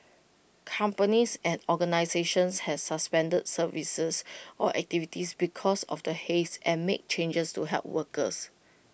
companies and organisations has suspended services or activities because of the haze and made changes to help workers